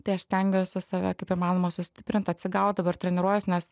tai aš stengiuosi save kaip įmanoma sustiprint atsigaut dabar treniruojuos nes